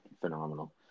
phenomenal